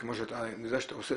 אני יודע שאתה עושה,